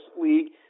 league